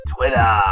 Twitter